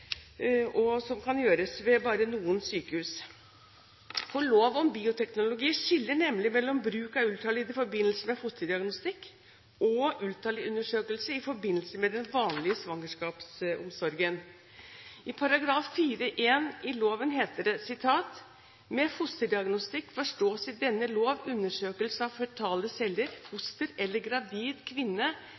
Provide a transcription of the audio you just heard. og som kan gjøres bare ved noen sykehus. Lov om bioteknologi skiller nemlig mellom bruk av ultralyd i forbindelse med fosterdiagnostikk og ultralydundersøkelser i forbindelse med den vanlige svangerskapsomsorgen. I § 4-1 i loven heter det: «Med fosterdiagnostikk forstås i denne lov undersøkelse av føtale celler, foster eller en gravid kvinne